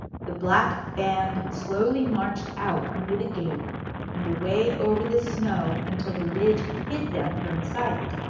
the black band slowly marched out under the gate and away over the snow until the ridge hid them from sight,